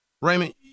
Raymond